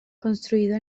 construido